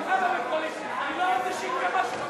אני הייתי, נא לשבת במקום.